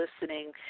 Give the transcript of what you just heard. Listening